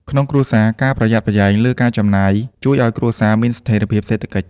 ក្នុងគ្រួសារ ការប្រយ័ត្នប្រយែងលើការចំណាយជួយឱ្យគ្រួសារមានស្ថិរភាពសេដ្ឋកិច្ច។